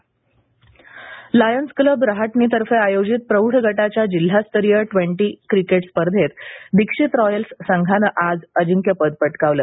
cricket lions club रहाटणीतर्फे आयोजित प्रौढ गटाच्या जिल्हास्तरीय टी ट्वेंटी क्रिकेट स्पर्धेत दीक्षित रॉयल्स संघाने आज अजिंक्यपद पटकावलं